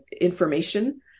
information